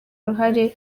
uruhare